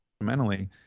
fundamentally